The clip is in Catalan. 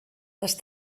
les